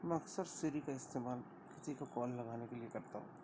میں اکثر سری کا استعمال کسی کو کال لگانے کے لیے کرتا ہوں